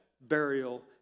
burial